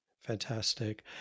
Fantastic